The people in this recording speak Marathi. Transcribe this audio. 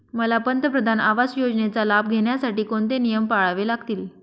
मला पंतप्रधान आवास योजनेचा लाभ घेण्यासाठी कोणते नियम पाळावे लागतील?